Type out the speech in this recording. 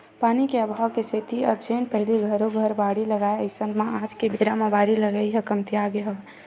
पानी के अभाव के सेती अब जेन पहिली घरो घर बाड़ी लगाय अइसन म आज के बेरा म बारी लगई ह कमतियागे हवय